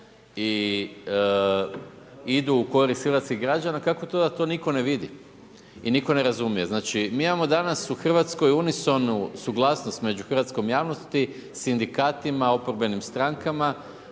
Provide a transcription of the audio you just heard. i idu u korist hrvatskih građana, kako to da to nitko ne vidi i nitko ne razumije? Znači mi imamo danas u Hrvatskoj unisonu suglasnost među hrvatskom javnosti, sindikatima, oporbenim strankama